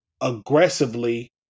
aggressively